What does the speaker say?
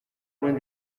when